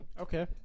Okay